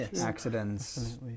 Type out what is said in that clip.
accidents